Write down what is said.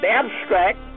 abstract